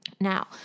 Now